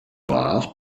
rare